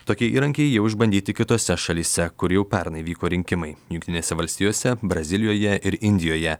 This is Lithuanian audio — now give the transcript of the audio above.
tokie įrankiai jau išbandyti kitose šalyse kur jau pernai vyko rinkimai jungtinėse valstijose brazilijoje ir indijoje